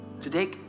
Today